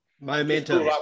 Momentum